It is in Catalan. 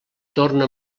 torna